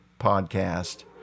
podcast